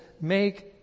make